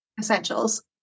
essentials